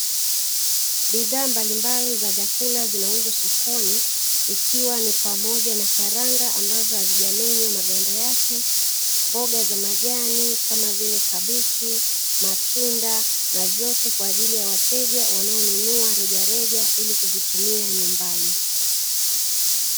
Bidhaa mbalimbali za vyakula zinauzwa sokoni, ikiwa ni pamoja na karanga ambazo hazijamenywa maganda yake, mboga za majani kama vile kabichi, matunda na vyote kwa ajili ya wateja wanaonunua rejareja ili kuvitumia nyumbani.